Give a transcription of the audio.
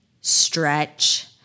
stretch